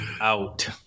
Out